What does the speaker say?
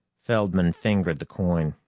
feldman fingered the coin.